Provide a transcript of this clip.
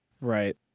Right